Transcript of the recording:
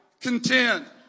contend